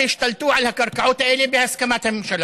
שהשתלטה על הקרקעות האלה בהסכמת הממשלה.